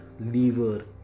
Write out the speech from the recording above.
liver